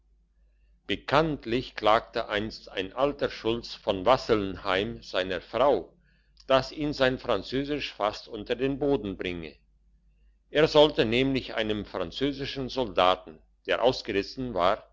bekanntlich klagte einst ein alter schulz von wasselnheim seiner frau dass ihn sein französisch fast unter den boden bringe er sollte nämlich einem französischen soldaten der ausgerissen war